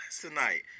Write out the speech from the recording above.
tonight